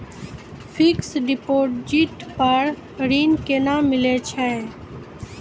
Fixed deposit पर ऋण केना मिलै छै?